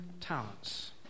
talents